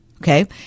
Okay